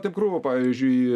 taip krūva pavyzdžiui